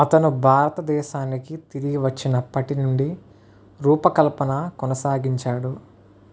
అతను భారతదేశానికి తిరిగి వచ్చినప్పటి నుండి రూపకల్పన కొనసాగించాడు